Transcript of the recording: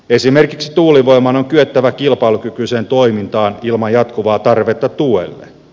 esimerkiksi tuulivoiman on kyettävä kilpailukykyiseen toimintaan ilman jatkuvaa tarvetta tuelle